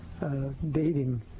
Dating